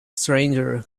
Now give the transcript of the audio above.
stranger